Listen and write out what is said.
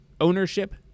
ownership